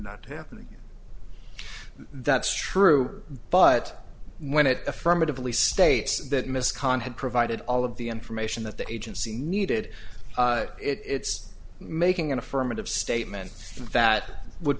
not happening that's true but when it affirmatively states that miss kahn had provided all of the information that the agency needed its making an affirmative statement that would